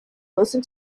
listen